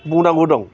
बुंनांगौ दं